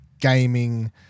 gaming